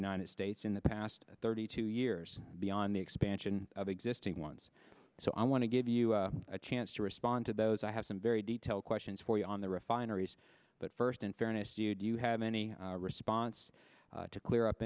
united states in the past thirty two years beyond the expansion of existing ones so i want to give you a chance to respond to those i have some very detailed questions for you on the refineries but first in fairness you do you have any response to clear up